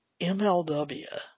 MLW